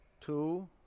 two